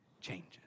changes